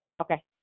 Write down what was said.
Okay